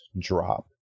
drop